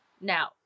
Now